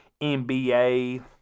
NBA